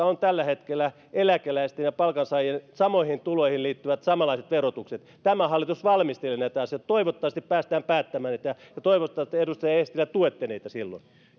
on tällä hetkellä eläkeläisten ja palkansaajien samoihin tuloihin liittyvät samanlaiset verotukset tämä hallitus valmistelee näitä asioita toivottavasti päästään päättämään näitä ja toivottavasti edustaja eestilä tuette niitä silloin